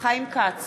חיים כץ,